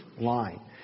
line